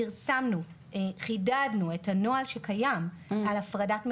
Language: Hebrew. פרסמנו וחידדנו את הנוהל שקיים על הפרדת מגורים.